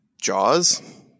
Jaws